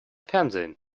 fernsehen